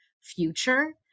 future